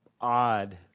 odd